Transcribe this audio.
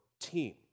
team